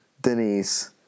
Denise